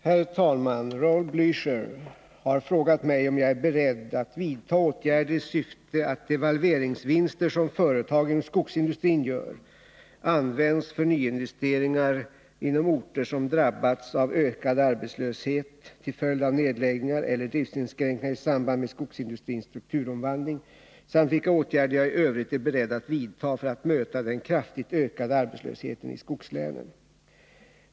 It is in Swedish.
Herr talman! Raul Blächer har frågat mig om jag är beredd att vidta åtgärder i syfte att devalveringsvinster som företag inom skogsindustrin gör används för nyinvesteringar inom orter, som drabbats av ökande arbetslöshet till följd av nedläggningar eller driftsinskränkningar i samband med skogsindustrins strukturomvandling, samt vilka åtgärder jag i övrigt är beredd att vidta för att möta den kraftigt ökande arbetslösheten i skogslänen.